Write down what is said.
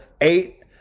eight